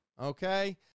okay